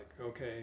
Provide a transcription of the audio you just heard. okay